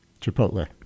Chipotle